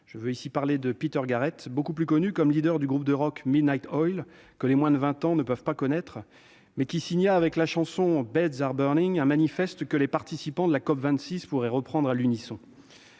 Je veux parler de Peter Garret, plus connu comme leader du groupe de rock Midnight Oil, que les moins de 20 ans ne peuvent pas connaître, mais qui signa avec la chanson un manifeste que les participants à la COP26 pourraient reprendre à l'unisson.